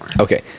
Okay